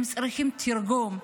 הם צריכים תרגום.